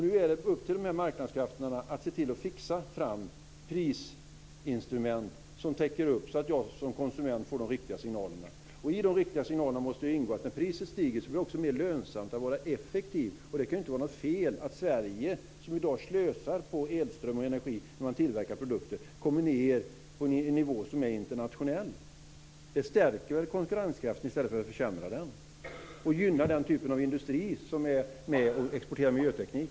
Nu är det upp till marknadskrafterna att se till att fixa fram prisinstrument så att jag som konsument får de riktiga signalerna. När priset stiger måste det ju bli lönsamt att vara mer effektiv. Jag tycker inte att det är något fel att Sverige, som i dag slösar med elström och energi när man tillverkar produkter, kommer ned till en nivå som är internationell. Det stärker konkurrenskraften i stället för att försämra den, och det gynnar den typen av industri som exporterar miljöteknik.